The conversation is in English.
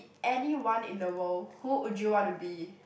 anyone in the world who would you want to be